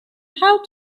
how